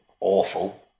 awful